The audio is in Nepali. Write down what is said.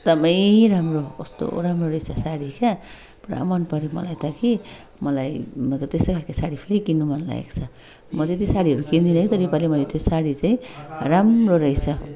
एकदमै राम्रो कस्तो राम्रो रहेछ साडी क्या पुरा मनपर्यो मलाई त कि मलाई म त त्यस्तै खालको साडी फेरि किन्नु मन लागेको छ म त्यति साडीहरू किन्दिनँ है तर योपाली मैले त्यो साडी चाहिँ राम्रो रहेछ